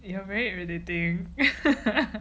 you are very irritating